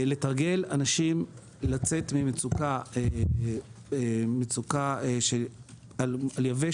לתרגל אנשים לצאת ממצוקה על יבש,